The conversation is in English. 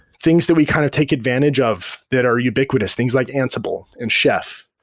things that we kind of take advantage of that are ubiquitous, things like ansible and chef,